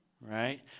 right